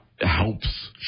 Helps